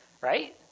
right